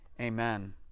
Amen